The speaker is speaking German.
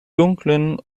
dunklen